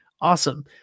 Awesome